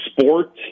sport